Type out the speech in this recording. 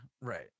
right